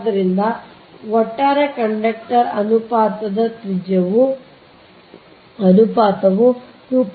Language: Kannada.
ಆದ್ದರಿಂದ ಒಟ್ಟಾರೆ ಕಂಡಕ್ಟರ್ ಅನುಪಾತದ ತ್ರಿಜ್ಯದ ಅನುಪಾತವು 2